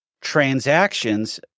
transactions